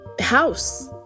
house